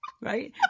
Right